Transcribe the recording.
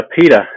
Peter